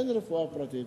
אין רפואה פרטית.